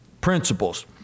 principles